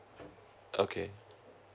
okay